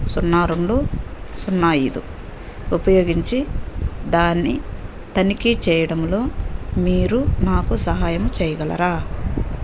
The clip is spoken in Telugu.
సున్నా రెండు సున్నా ఐదు ఉపయోగించి దాన్ని తనిఖీ చేయడంలో మీరు నాకు సహాయం చేయగలరా